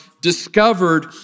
discovered